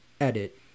Edit